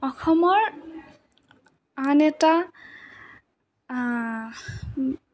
অসমৰ আন এটা